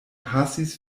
pasis